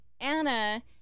Anna